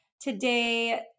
today